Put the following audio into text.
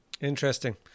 interesting